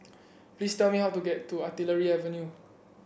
please tell me how to get to Artillery Avenue